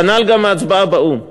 כנ"ל גם ההצבעה באו"ם.